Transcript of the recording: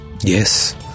Yes